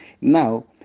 Now